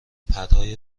پرهای